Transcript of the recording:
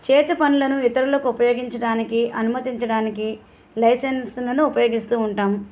చేతిపనులను ఇతరులకు ఉపయోగించడానికి అనుమతించడానికి లైసెన్సులను ఉపయోగిస్తూ ఉంటాం